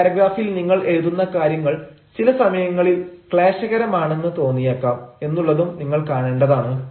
ഒരു പാരഗ്രാഫിൽ നിങ്ങൾ എഴുതുന്ന കാര്യങ്ങൾ ചില സമയങ്ങളിൽ ക്ലേശകരമാണെന്ന് തോന്നിയേക്കാം എന്നുള്ളതും നിങ്ങൾ കാണേണ്ടതാണ്